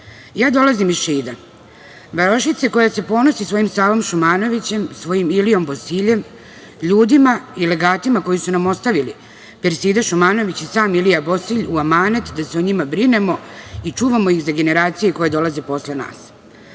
delatnosti. Dolazim iz Šida, varošice koja se ponosi svojim Savom Šumanovićem, svojim Ilijom Bosiljem, ljudima i legatima koji su nam ostavili Persida Šumanović i sam Ilija Bosilj u amanet da se o njima brinemo i čuvamo ih za generacije koje dolaze posle